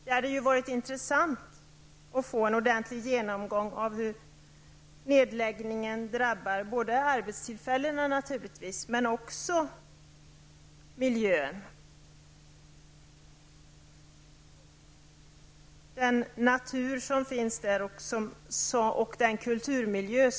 Det hade ju varit intressant att få en ordentlig genomgång av hur nedläggningen drabbar inte bara arbetstillfällena utan också miljön, både naturen och kulturmiljön.